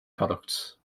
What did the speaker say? products